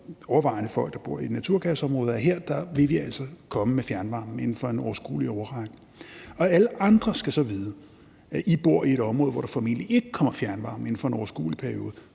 overvejende dem, der bor i et naturgasområde – at her vil vi altså komme med fjernvarmen inden for en overskuelig årrække. Alle andre skal så vide: I bor i et område, hvor der formentlig ikke kommer fjernvarme inden for en overskuelig periode.